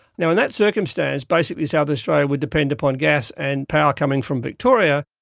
you know in that circumstance, basically south australia would depend upon gas and power coming from victoria.